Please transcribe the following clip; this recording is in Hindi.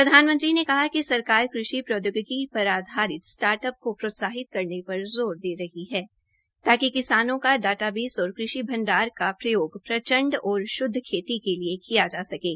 प्रधानमंत्री ने कहा है कि सरकार कृषि प्रौद्योगिकी पर आधारित स्टार्ट अप को प्रोत्साहित करने पर ज़ोर दे रही है ताकि किसानों का डाटाबेस और कृषि भंडार का प्रयोग प्रचंड और श्दव खेती के लिए किया जा सकें